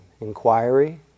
inquiry